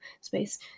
space